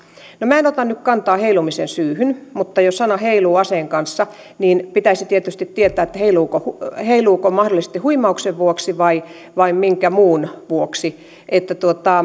no minä en nyt ota kantaa heilumisen syyhyn mutta jo sanoista heiluu aseen kanssa pitäisi tietysti tietää heiluuko heiluuko mahdollisesti huimauksen vuoksi vai vai minkä muun vuoksi